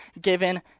given